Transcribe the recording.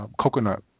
coconut